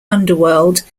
underworld